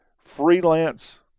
freelance